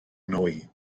nwy